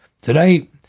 Today